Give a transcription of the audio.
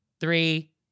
three